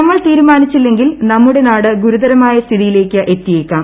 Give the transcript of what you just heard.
നമ്മൾ തീരുമാനിച്ചില്ലെങ്കിൽ നമ്മുടെ നാട് ഗുരുതരമായ് സ്ഥിതിയിലേക്ക് എത്തിയേക്കാം